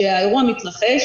שהאירוע מתרחש,